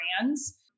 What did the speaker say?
brands